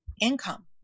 income